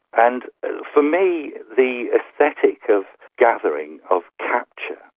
and for me the aesthetic of gathering, of capture,